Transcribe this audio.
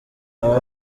aba